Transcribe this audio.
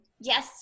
Yes